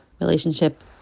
relationship